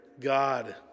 God